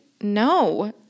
No